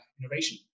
innovation